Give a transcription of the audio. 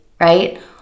right